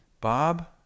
Bob